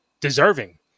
deserving